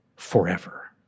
forever